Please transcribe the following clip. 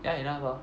ya enough ah